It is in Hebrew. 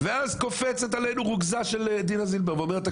ואז קופצת עלינו רוגזה של דינה זילבר ואומרת,